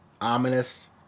ominous